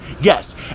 yes